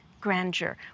grandeur